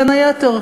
בין היתר,